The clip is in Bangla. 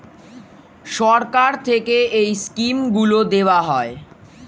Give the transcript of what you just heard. সরকার থেকে এই স্কিমগুলো দেওয়া হয়